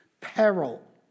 peril